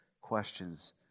questions